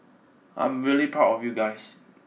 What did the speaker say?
I'm really proud of you guys